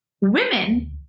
Women